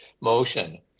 motion